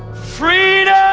freedom.